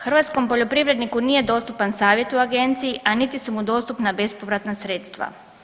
Hrvatskom poljoprivredniku nije dostupan savjet u agenciji, a niti su mu dostupna bespovratna sredstva.